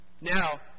Now